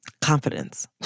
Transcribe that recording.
confidence